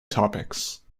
topics